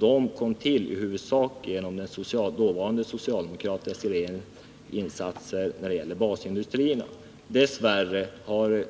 De kom i huvudsak till genom den dåvarande socialdemokratiska regeringens insatser för basindustrierna. Dess värre har